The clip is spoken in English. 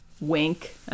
wink